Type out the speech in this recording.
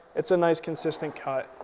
it's a nice consistent cut,